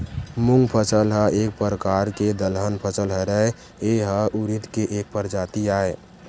मूंग फसल ह एक परकार के दलहन फसल हरय, ए ह उरिद के एक परजाति आय